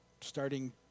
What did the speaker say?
starting